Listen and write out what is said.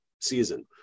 season